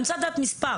אני רוצה לדעת מספר.